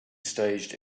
staged